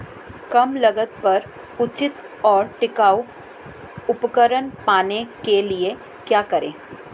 कम लागत पर उचित और टिकाऊ उपकरण पाने के लिए क्या करें?